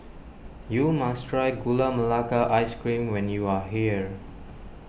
you must try Gula Melaka Ice Cream when you are here